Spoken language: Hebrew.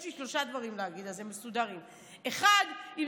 יש לי שלושה דברים מסודרים להגיד על זה: 1. אם